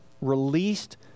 released